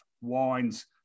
Wines